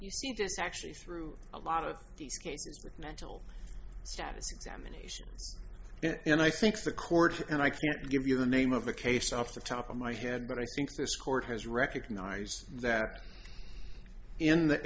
just actually through a lot of these cases mental status examination and i think the court and i can't give you the name of the case off the top of my head but i think this court has recognized that in the